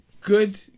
Good